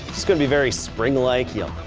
it's going to be very spring-like heal.